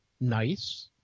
nice